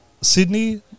Sydney